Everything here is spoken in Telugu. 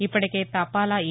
ఇప్పటికే తపాలా ఏ